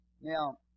Now